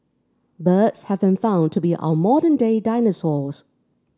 birds have been found to be our modern day dinosaurs